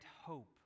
hope